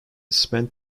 spent